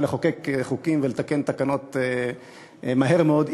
לחוקק חוקים ולתקן תקנות מהר מאוד,